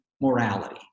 morality